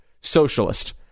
socialist